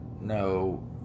No